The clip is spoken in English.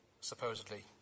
supposedly